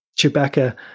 chewbacca